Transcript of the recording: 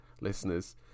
listeners